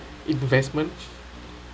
investments